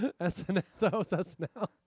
SNL